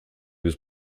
was